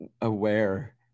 aware